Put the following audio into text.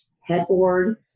headboard